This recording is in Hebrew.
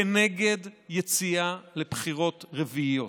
כנגד יציאה לבחירות רביעיות,